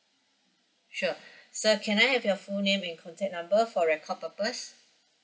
sure sir can I have your full name and contact number for record purpose